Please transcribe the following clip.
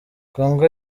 congo